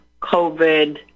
COVID